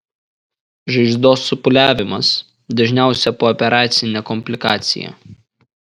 žaizdos supūliavimas dažniausia pooperacinė komplikacija